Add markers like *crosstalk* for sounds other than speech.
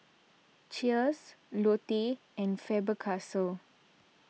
Cheers Lotte and Faber *unintelligible*